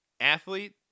athlete